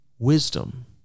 Wisdom